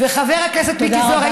חבר הכנסת מיקי זוהר, תודה רבה.